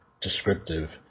descriptive